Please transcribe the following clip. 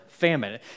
Famine